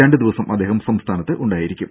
രണ്ട് ദിവസം അദ്ദേഹം സംസ്ഥാനത്ത് ഉണ്ടായിരിക്കും